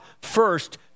first